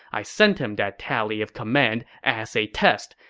i sent him that tally of command as a test,